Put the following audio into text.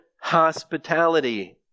hospitality